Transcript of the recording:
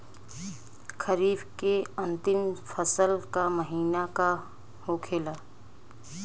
खरीफ के अंतिम फसल का महीना का होखेला?